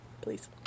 please